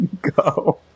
Go